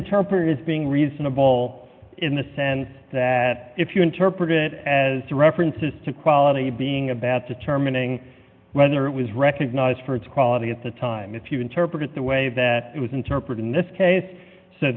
interpret as being reasonable in the sense that if you interpret it as references to quality being a bad determining whether it was recognized for its quality at the time if you interpret it the way that it was interpreted in this case so